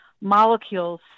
molecules